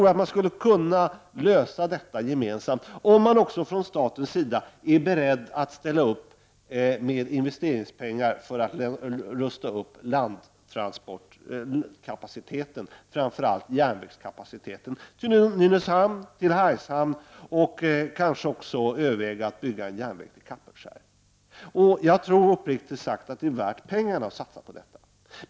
Detta skulle kunna lösas gemensamt om man också från statens sida är beredd att ställa upp med investeringspengar för att rusta upp landtransportkapaciteten, framför allt järnvägskapaciteten, vad gäller Nynäshamn och Hargshamn och kanske också överväga att bygga en järnväg till Kapellskär. Jag tror uppriktigt sagt att det är värt pengarna att satsa på detta.